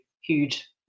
huge